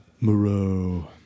Moreau